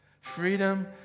Freedom